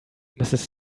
mrs